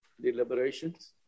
deliberations